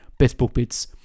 bestbookbits